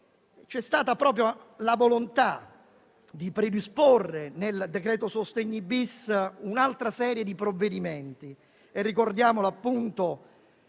C'è stata proprio la volontà di predisporre nel decreto sostegni-*bis* un'altra serie di provvedimenti.